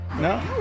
No